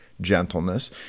gentleness